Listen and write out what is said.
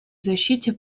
защите